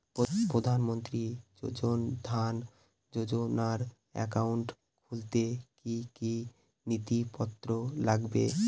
প্রধানমন্ত্রী জন ধন যোজনার একাউন্ট খুলতে কি কি নথিপত্র লাগবে?